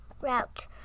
Route